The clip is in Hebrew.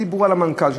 דיברו על המנכ"ל שלך,